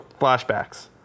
flashbacks